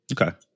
Okay